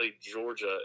Georgia